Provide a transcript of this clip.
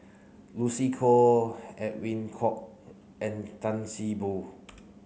Lucy Koh Edwin Koek and Tan See Boo